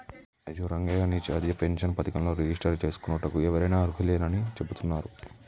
అయ్యో రంగయ్య నీ జాతీయ పెన్షన్ పథకంలో రిజిస్టర్ చేసుకోనుటకు ఎవరైనా అర్హులేనని చెబుతున్నారు